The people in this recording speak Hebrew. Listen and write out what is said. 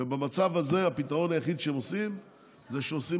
ובמצב הזה הפתרון היחיד שהם עושים זה שהם עושים